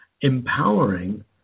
empowering